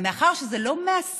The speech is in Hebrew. אבל מאחר שזה לא מעסיק